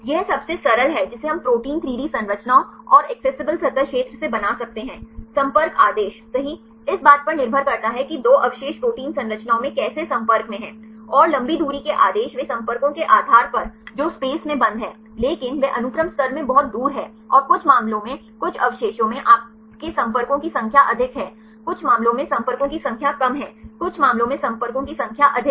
यह सबसे सरल है जिसे हम प्रोटीन 3 डी संरचनाओं और एक्सेसिबल सतह क्षेत्र से बना सकते हैं संपर्क आदेश सही इस बात पर निर्भर करता है कि 2 अवशेष प्रोटीन संरचनाओं में कैसे संपर्क में हैं और लंबी दूरी के आदेश वे संपर्कों के आधार पर जो स्पेस में बंद हैं लेकिन वे अनुक्रम स्तर में बहुत दूर हैं और कुछ मामलों में कुछ अवशेषों में आपके संपर्कों की संख्या अधिक है कुछ मामलों में संपर्कों की संख्या कम है कुछ मामलों में संपर्कों की संख्या अधिक है